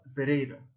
Pereira